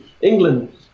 England